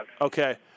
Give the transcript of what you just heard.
Okay